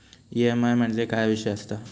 EMI म्हणजे काय विषय आसता?